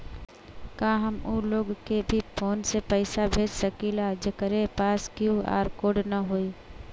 का हम ऊ लोग के भी फोन से पैसा भेज सकीला जेकरे पास क्यू.आर कोड न होई?